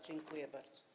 Dziękuję bardzo.